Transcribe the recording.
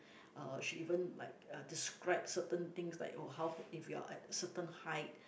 uh she even like uh describe certain things like uh how if you are at certain height